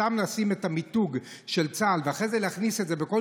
סתם לשים את המיתוג של צה"ל ואחרי זה להכניס את זה בכל